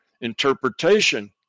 interpretation